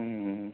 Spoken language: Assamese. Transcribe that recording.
ওম